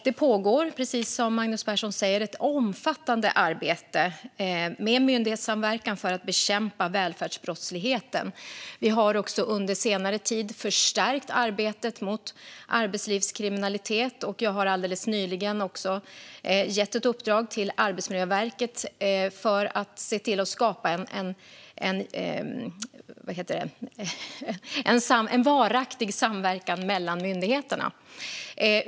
Det pågår, precis som Magnus Persson säger, ett omfattande arbete med myndighetssamverkan för att bekämpa välfärdsbrottsligheten. Vi har också under senare tid förstärkt arbetet mot arbetslivskriminalitet. Jag har alldeles nyligen även gett ett uppdrag till Arbetsmiljöverket för att se till att skapa en varaktig samverkan mellan myndigheterna.